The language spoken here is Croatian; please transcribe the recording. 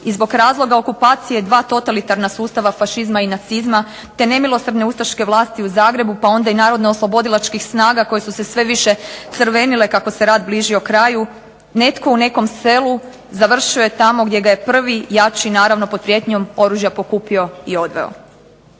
i zbog razloga okupacije 2 totalitarna sustava, fašizma i nacizma, te nemilosrdne ustaške vlasti u Zagrebu pa onda i Narodnooslobodilačkih snaga koje su se sve više crvenile kako se rat bližio kraju netko u nekom selu završio je tamo gdje ga je prvi jači naravno pod prijetnjom oružja pokupio i odveo.